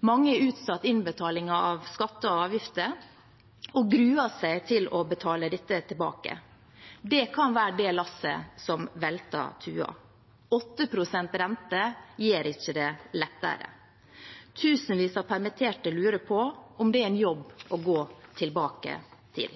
Mange har utsatt innbetalingen av skatter og avgifter og gruer seg til å betale dette tilbake. Det kan være det lasset som velter tuen. 8 pst. rente gjør det ikke lettere. Tusenvis av permitterte lurer på om det er en jobb å gå tilbake til.